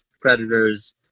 predators